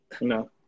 No